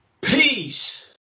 Peace